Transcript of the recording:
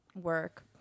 work